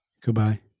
Goodbye